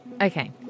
okay